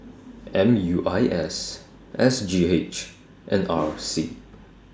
M U I S S G H and R C